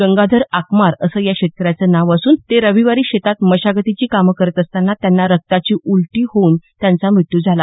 गंगाधर आकमार असं या शेतकऱ्याचं नाव असून ते रविवारी शेतात मशागतीची कामं करत असताना त्यांना रक्ताची उलटी होऊन त्यांचा मृत्यू झाला